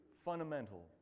fundamental